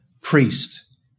priest